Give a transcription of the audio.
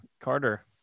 Carter